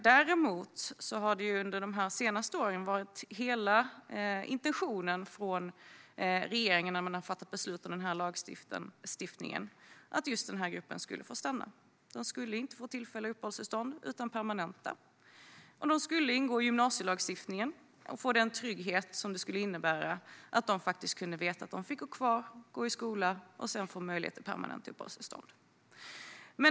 Däremot har det under de senaste åren varit hela intentionen från regeringen när man har fattat beslut om denna lagstiftning att just denna grupp skulle få stanna. De skulle inte få tillfälliga uppehållstillstånd, utan permanenta. De skulle ingå i gymnasielagstiftningen och få den trygghet som det skulle innebära om de kunde veta att de fick vara kvar, gå i skola och sedan få möjlighet till permanenta uppehållstillstånd.